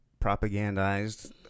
propagandized